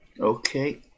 Okay